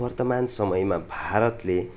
वर्तमान समयमा भारतले